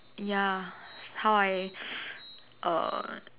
ya how I uh